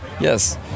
yes